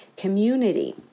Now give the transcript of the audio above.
community